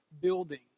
building